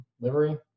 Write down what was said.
livery